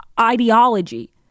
ideology